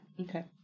Okay